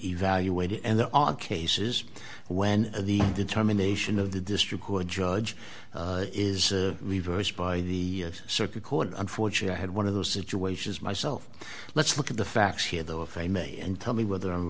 evaluated and the odd cases when the determination of the district who are judge is reversed by the circuit court unfortunately i had one of those situations myself let's look at the facts here though if they may and tell me whether